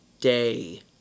day